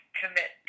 commit